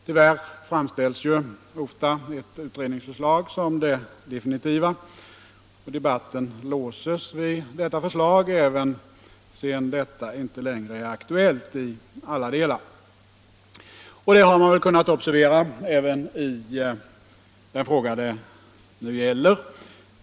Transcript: Tyvärr framställs ju ofta ett utredningsförslag som något definitivt, och debatten låses vid detta förslag, även sedan det inte längre är aktuellt i alla delar. Något sådant har man väl kunnat observera även i den fråga det nu gäller.